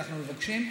אנחנו מבקשים,